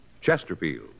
Chesterfield